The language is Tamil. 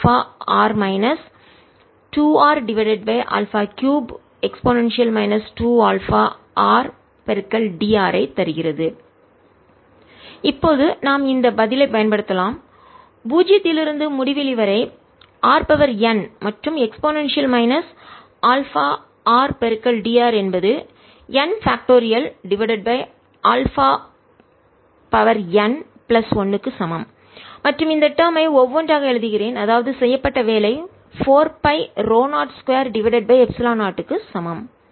Vr4π04π01r23 2r2e αr r2e αr 23e αr0023 2r2e αr r2e αr 23e αr W004πr2dr0e αr1r23 2r2e αr r2e αr 23e αr 4π02002re αr3 2r22e 2αr r3e 2αr 2r3e 2αrdr இப்போது நாம் இந்த பதிலை பயன்படுத்தலாம் பூஜ்ஜியத்திலிருந்து முடிவிலி வரை r n மற்றும் e αr dr என்பது n பாக்ட்டோரியல் காரணி டிவைடட் பை α n பிளஸ் 1 க்கு சமம் மற்றும் இந்த டேர்ம் ஐ ஒவ்ஒன்றாக எழுதுகிறேன்அதாவது செய்யப்பட்ட வேலை 4 பை ρ0 2 டிவைடட் பை எப்சிலன் 0 க்கு சமம்